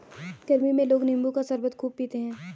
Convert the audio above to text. गरमी में लोग नींबू का शरबत खूब पीते है